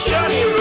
Johnny